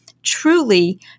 truly